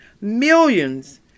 millions